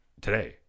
Today